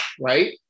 right